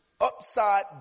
upside